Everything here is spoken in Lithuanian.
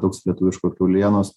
toks lietuviško kiaulienos